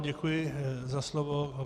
Děkuji za slovo.